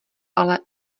ale